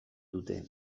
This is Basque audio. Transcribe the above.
dute